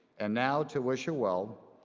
and now, to wish her well,